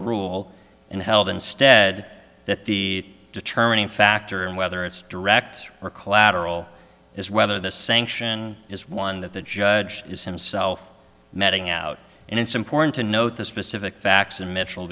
rule and held instead that the determining factor in whether it's direct or collateral is whether the sanction is one that the judge is himself out and it's important to note the specific facts and mitchell